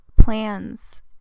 plans